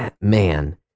man